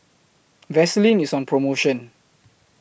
Vaselin IS on promotion